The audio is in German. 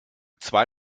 zwei